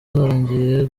zarangiye